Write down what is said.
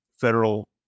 federal